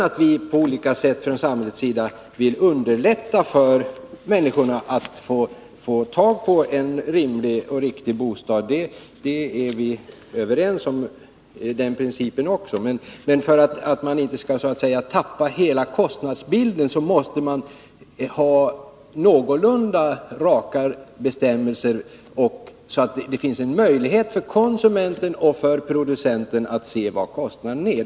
Att vi sedan på olika sätt från samhällets sida vill underlätta för människorna att få tag på en rimlig och riktig bostad är en princip som vi också är överens om. Men för att man inte skall så att säga tappa hela kostnadsbilden, måste man ha någorlunda klara bestämmelser, så att det finns en möjlighet för konsumenten och för producenten att se hur stor kostnaden är.